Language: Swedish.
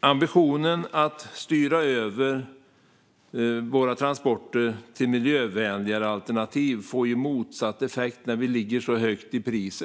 Ambitionen att styra över våra transporter till miljövänligare alternativ får motsatt effekt när Sverige ligger så högt i pris.